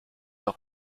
auch